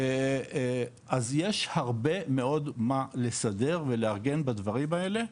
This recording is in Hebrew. אז יש הרבה מאוד מה לסדר ולארגן בדברים האלה,